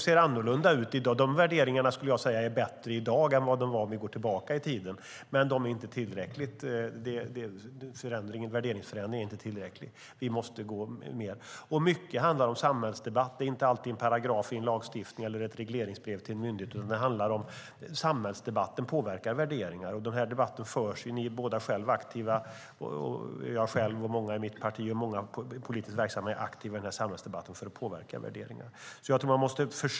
Jag skulle vilja säga att värderingarna ser bättre ut i dag än de gjorde om vi går tillbaka i tiden, men värderingsförändringen är inte tillräcklig. Vi måste gå längre. Mycket handlar om samhällsdebatt. Det handlar inte alltid om en paragraf vid lagstiftning eller ett regleringsbrev till en myndighet. Samhällsdebatten påverkar värderingar. Debatten förs också. Ni är båda aktiva. Jag själv, många i mitt parti och många politiskt verksamma är också aktiva i samhällsdebatten för att påverka värderingar.